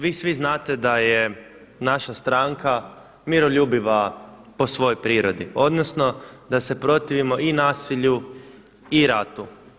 Vi svi znate da je naša stranka miroljubiva po svojoj prirodi odnosno da se protivimo i nasilju i ratu.